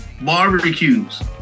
barbecues